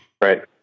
Right